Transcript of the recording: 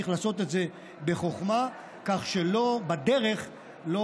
צריך לעשות את זה בחוכמה כך שבדרך לא